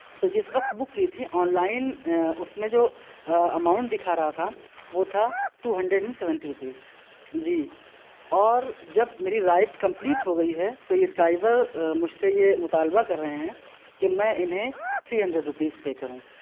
تو جس وقت بک کی تھی آن لائن اس میں جو اماؤنٹ دکھا رہا تھا وہ تھا two hundred and seventy rupees جی اور جب میں میری رائڈ کمپلیٹ ہو گئی ہے تو یہ ڈرائیور مجھ سے یہ مطالبہ کر رہے ہیں کہ میں انہیں تھری ہنڈریڈ روپیز پے کروں